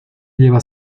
lleva